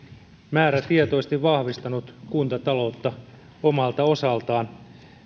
määrätietoisesti vahvistanut kuntataloutta omalta osaltaan